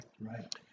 Right